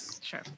Sure